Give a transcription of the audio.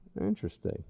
Interesting